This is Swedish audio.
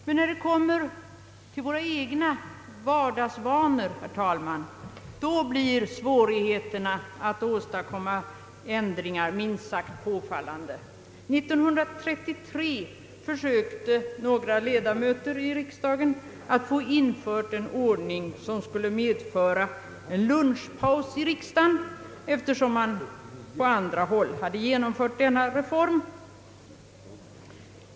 Men när vi kommer till våra egna vardagsvanor, från debatterna om de stora förändringarna, herr talman, då blir svårigheterna att åstadkomma ändringar minst sagt påfallande. År 1933 försökte några ledamöter att få infört en ordning som skulle medföra en lunchpaus i riksdagen, eftersom man på andra håll hade genomfört denna reform.